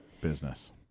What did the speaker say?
business